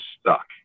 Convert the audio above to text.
stuck